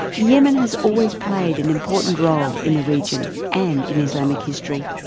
yemen has always played an important role in the region, and in islamic history.